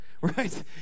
right